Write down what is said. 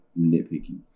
nitpicky